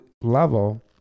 level